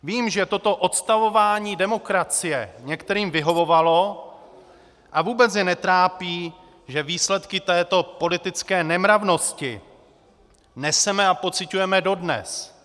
Vím, že toto odstavování demokracie některým vyhovovalo a vůbec je netrápí, že výsledky této politické nemravnosti neseme a pociťujeme dodnes.